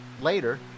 later